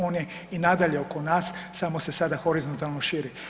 On je i nadalje oko nas samo se sada horizontalno širi.